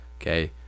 okay